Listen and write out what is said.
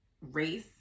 race